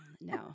No